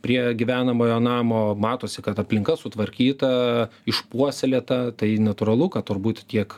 prie gyvenamojo namo matosi kad aplinka sutvarkyta išpuoselėta tai natūralu kad turbūt tiek